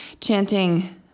chanting